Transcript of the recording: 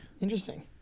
Interesting